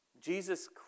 Jesus